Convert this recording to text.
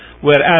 whereas